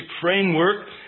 framework